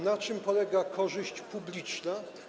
Na czym polega korzyść publiczna?